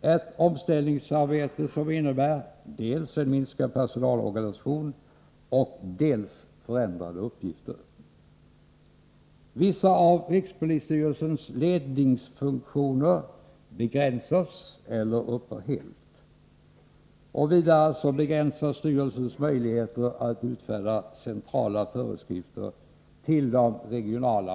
ett 'omställningsarbete som innebär dels en minskning av ”personalorganisationen, dels förändrade uppgifter. Vissa av rikspolisstyrelsens ledningsfunktioner begränsas eller upphör helt. Vidaré begränsas styrelsens möjligheter att utfärda centrala föreskrifter till' de regionala.